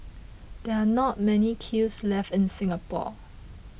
there are not many kilns left in Singapore